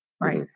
Right